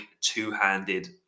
two-handed